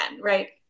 right